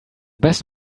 best